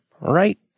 right